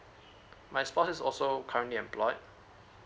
my spouse is also currently employed